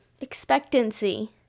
expectancy